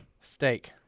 Steak